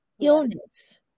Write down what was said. illness